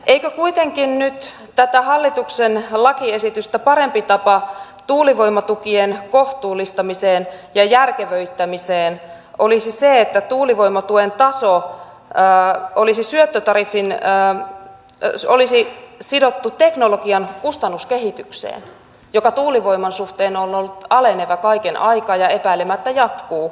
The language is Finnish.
eikö kuitenkin nyt tätä hallituksen lakiesitystä parempi tapa tuulivoimatukien kohtuullistamiseen ja järkevöittämiseen olisi se että tuulivoimatuen taso olisi sidottu teknologian kustannuskehitykseen joka tuulivoiman suhteen on ollut aleneva kaiken aikaa ja epäilemättä jatkuu alenevana